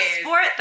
sport